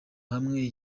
hamwe